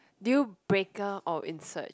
deal breaker or in search